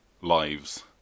lives